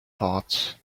thoughts